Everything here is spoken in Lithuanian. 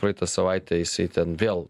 praeitą savaitę jisai ten vėl